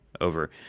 over